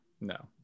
No